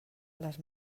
les